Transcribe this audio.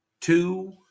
two